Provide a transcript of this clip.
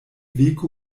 veku